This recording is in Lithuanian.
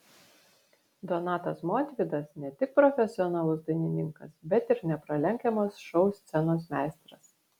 donatas montvydas ne tik profesionalus dainininkas bet ir nepralenkiamas šou scenos meistras